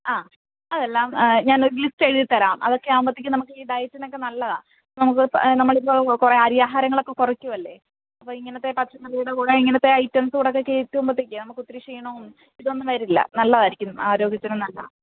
ആ അതെല്ലാം ഞാൻ ഒരു ലിസ്റ്റ് എഴുതി തരാം അതൊക്കെ ആകുമ്പത്തേക്കും നമുക്ക് ഈ ഡയറ്റിനൊക്കെ നല്ലതാണ് നമുക്ക് നമ്മൾ ഇപ്പോൾ കുറേ അരിയാഹാരങ്ങളൊക്കെ കുറയ്ക്കുവല്ലേ അപ്പോൾ ഇങ്ങനത്തെ പച്ചക്കറിയുടെ കൂടെ ഇങ്ങനത്തെ ഐറ്റംസ് കൂടെ ഒക്കെ കിട്ടുമ്പത്തേക്കും നമുക്ക് ഒത്തിരി ക്ഷീണവും ഇതൊന്നും വരില്ല നല്ലതായിരിക്കും ആരോഗ്യത്തിനും നല്ലതാണ്